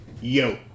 Yo